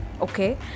okay